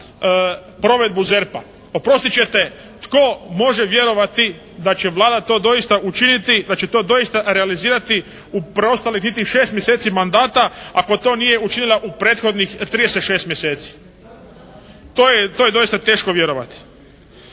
provedbu ZERP-a. Oprostit ćete tko može vjerovati da će Vlada to doista učiniti, da će to doista realizirati u preostalih tih 6 mjeseci mandata ako to nije učinila u prethodnih 36 mjeseci. To je doista teško vjerovati.